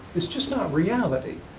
it's just not reality.